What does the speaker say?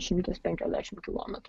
šimtas penkiasdešimt kilometrų